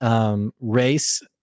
race